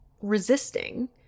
resisting